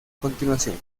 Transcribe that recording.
continuación